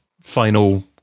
final